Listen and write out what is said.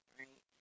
right